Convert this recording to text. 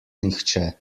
nihče